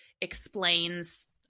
explains –